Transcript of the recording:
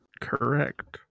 correct